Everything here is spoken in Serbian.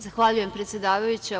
Zahvaljujem predsedavajuća.